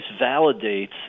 validates